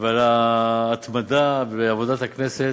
ועל ההתמדה בעבודת הכנסת.